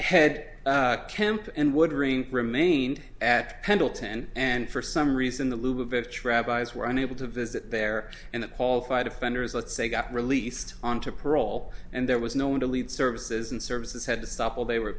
head camp and would ring remained at pendleton and for some reason the lubavitch rabbis were unable to visit there and the qualified offenders let's say got released on to parole and there was no one to lead services and services had to stop while they were